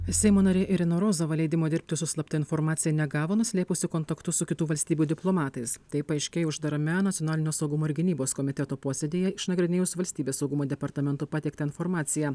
seimo narė irina rozova leidimo dirbti su slapta informacija negavo nuslėpusi kontaktus su kitų valstybių diplomatais tai paaiškėjo uždarame nacionalinio saugumo ir gynybos komiteto posėdyje išnagrinėjus valstybės saugumo departamento pateiktą informaciją